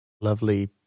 lovely